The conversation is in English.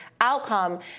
outcome